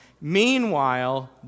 meanwhile